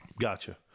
Gotcha